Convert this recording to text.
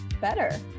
better